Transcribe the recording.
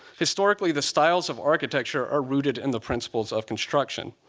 historically, the styles of architecture are rooted in the principles of construction.